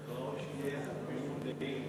ראוי שתהיה תמימות דעים,